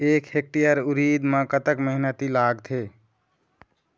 एक हेक्टेयर उरीद म कतक मेहनती लागथे?